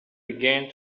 began